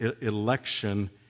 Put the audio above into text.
election